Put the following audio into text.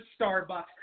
Starbucks